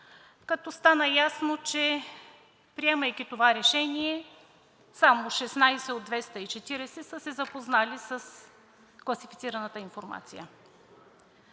като стана ясно, че, приемайки това решение, само 16 от 240 са се запознали с класифицираната информация.